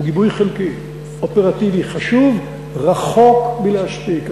הוא גיבוי חלקי, אופרטיבי, חשוב, רחוק מלהספיק.